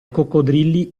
coccodrilli